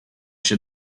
się